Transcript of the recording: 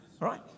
right